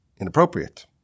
inappropriate